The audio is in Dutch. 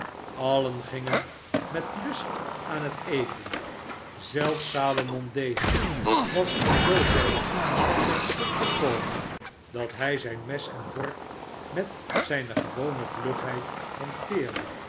allen gingen met lust aan het eten zelfs salomon daisy was in zooverre van zijn schrik bekomen dat hij zijn mes en vork met zijne gewone vlugheid hanteerde